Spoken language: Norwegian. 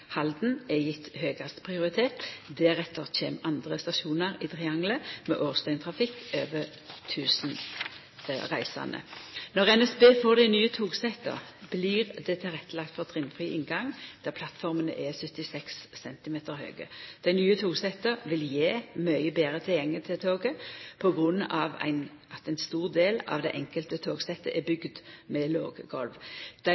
med årsdøgntrafikk over 1 000 reisande. Når NSB får dei nye togsetta, blir det tilrettelagt for trinnfri inngang der plattformene er 76 cm høge. Dei nye togsetta vil gje mykje betre tilgjengelegheit til toget på grunn av at ein stor del av det enkelte togsettet er bygd med låge golv. Dei